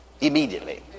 Immediately